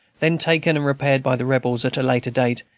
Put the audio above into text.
then taken and repaired by the rebels at a later date,